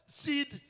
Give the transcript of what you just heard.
seed